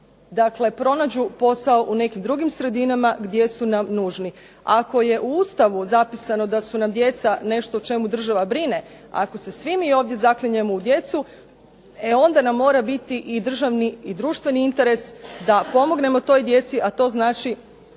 Zagrebu pronađu posao u nekim drugim sredinama gdje su nam nužni. Ako je u Ustavu zapisano da su nam djeca nešto o čemu država brine, ako se svi mi ovdje zaklinjemo u djecu, e onda nam mora biti i društveni i državni interes da pomognemo toj djeci, a to znači